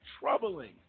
troubling